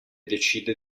decide